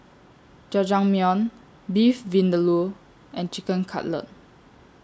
Jajangmyeon Beef Vindaloo and Chicken Cutlet